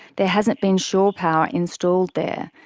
there hasn't been shore power installed there.